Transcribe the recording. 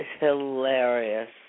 Hilarious